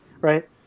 right